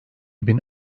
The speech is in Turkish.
bin